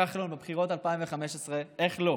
נתניהו לכחלון בבחירות 2015. איך לא?